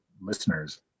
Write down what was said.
listeners